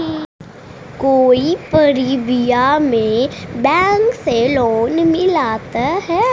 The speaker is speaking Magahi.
कोई परबिया में बैंक से लोन मिलतय?